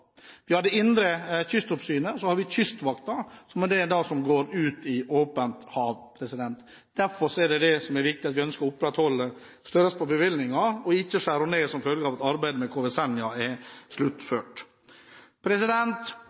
Vi har Det indre kystoppsyn, og så har vi Kystvakten som går ut i åpent hav. Derfor er det det som er viktig; vi ønsker å opprettholde størrelsen på bevilgningen og ikke skjære den ned som følge av at arbeidet med KV «Senja» er sluttført.